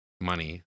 money